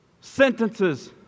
sentences